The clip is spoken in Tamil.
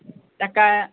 தக்காளி